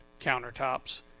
countertops